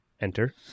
enter